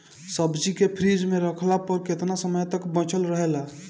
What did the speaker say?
सब्जी के फिज में रखला पर केतना समय तक बचल रहेला?